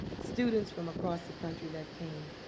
students from across the country that came.